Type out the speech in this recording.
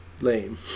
lame